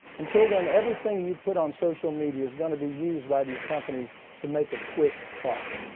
until then, everything you put on social media is going to be used by these companies to make a quick buck.